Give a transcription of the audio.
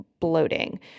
bloating